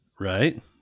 Right